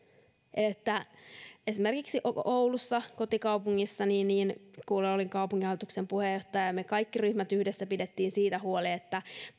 esimerkiksi oulussa kotikaupungissani kun olin kaupunginhallituksen puheenjohtaja me kaikki ryhmät yhdessä pidimme siitä huolen että